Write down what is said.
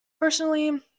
Personally